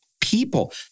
people